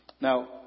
Now